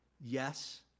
Yes